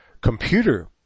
computer